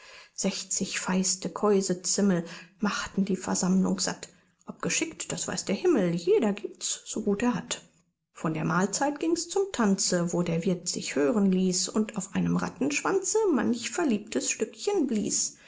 sechzig feiste mäusezimmel machten die versammlung satt ob geschickt das weiß der himmel jeder giebt's so gut er hat von der mahlzeit ging's zum tanze wo der wirth sich hören ließ und auf einem rattenschwanze manch verliebtes stückchen blies